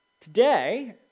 Today